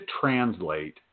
translate